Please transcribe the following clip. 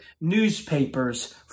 newspapers